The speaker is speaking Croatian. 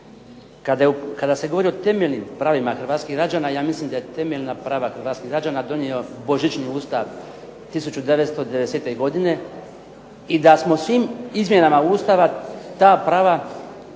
Kada se govori o temeljnim pravima hrvatskih građana, ja mislim da temeljna prava hrvatskih građana donio božićni Ustav 1990. godine i da smo svim izmjenama Ustava ta prava